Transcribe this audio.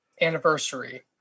anniversary